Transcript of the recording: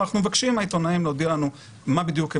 אנחנו מבקשים מהעיתונאים להודיע לנו מה בדיוק הם